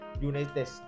United